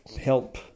help